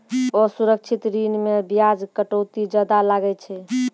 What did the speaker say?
असुरक्षित ऋण मे बियाज कटौती जादा लागै छै